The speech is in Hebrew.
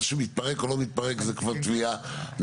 מה שמתפרק או לא מתפרק זה כבר תביעת נזיקין,